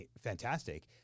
fantastic